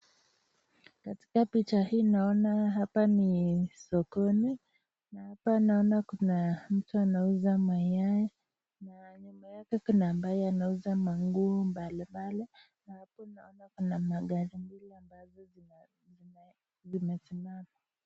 Katika picha hii, naona hapa ni sokoni na hapa naona kuna mtu anauza mayai na nyuma yake kuna ambaye anauza manguo mbali mbali na hapo naona kuna magari mbili ambazo zimesimama.